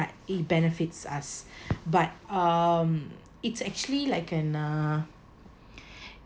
might it benefits us but um it's actually like an uh